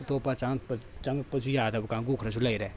ꯑꯇꯣꯞꯄ ꯆꯪꯉꯛꯄꯁꯨ ꯌꯥꯗꯕ ꯀꯥꯡꯕꯨ ꯈꯔꯁꯨ ꯂꯩꯔꯦ